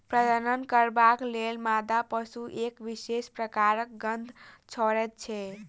प्रजनन करबाक लेल मादा पशु एक विशेष प्रकारक गंध छोड़ैत छै